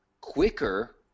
quicker